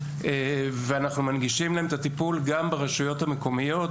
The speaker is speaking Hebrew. אנחנו מנגישים להם את הטיפול גם ברשויות המקומיות.